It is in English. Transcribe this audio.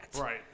Right